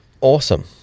Awesome